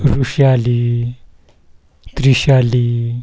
Rushali Trishali